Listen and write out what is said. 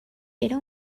era